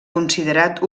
considerat